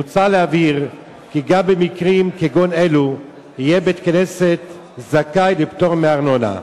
מוצע להבהיר כי גם במקרים כגון אלה יהיה בית-הכנסת זכאי לפטור מארנונה.